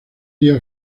días